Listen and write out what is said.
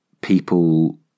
people